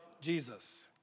Jesus